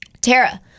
Tara